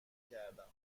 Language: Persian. کردم